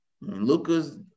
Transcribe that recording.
Lucas